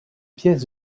pièces